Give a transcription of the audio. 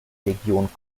legion